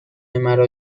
مرا